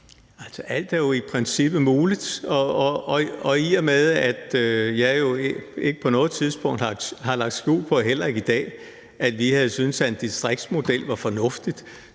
Alt er jo i princippet muligt, og i og med at jeg jo ikke på noget tidspunkt har lagt skjul på, heller ikke i dag, at vi havde syntes, at en distriktsmodel havde været fornuftigt,